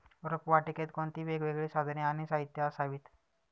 रोपवाटिकेत कोणती वेगवेगळी साधने आणि साहित्य असावीत?